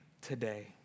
today